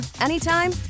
anytime